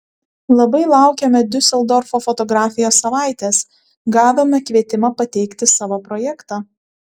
labai laukiame diuseldorfo fotografijos savaitės gavome kvietimą pateikti savo projektą